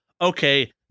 okay